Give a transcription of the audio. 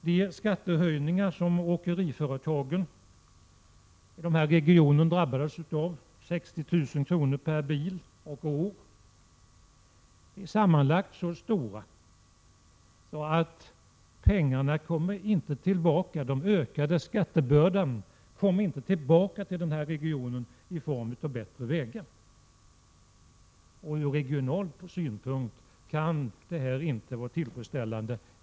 De skattehöjningar som åkeriföretagen i den regionen drabbades av — 60 000 kr. per bil och år — är sammantagna mycket stora. Men trots den ökade skattebördan kommer inte några pengar tillbaka till regionen i form av satsningar på bättre vägar. Ur regionalpolitisk synpunkt kan det inte vara tillfredsställande.